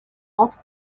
entre